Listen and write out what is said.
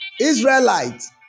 Israelites